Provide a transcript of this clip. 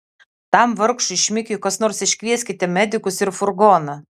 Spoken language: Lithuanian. tam vargšui šmikiui kas nors iškvieskite medikus ir furgoną